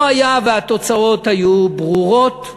לא היה והתוצאות היו ברורות.